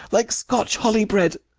like scotch holly-bread